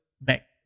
back